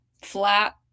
flat